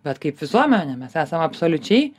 bet kaip visuomenė mes esam absoliučiai